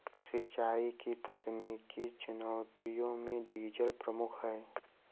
सिंचाई की तकनीकी चुनौतियों में डीजल प्रमुख है